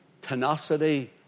tenacity